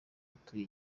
atuye